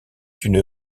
une